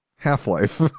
half-life